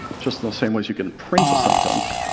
just in the same way as you can print a sentence,